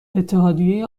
اتحادیه